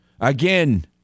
Again